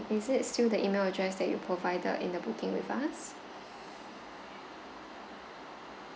is it still the email address that you provided in the booking with us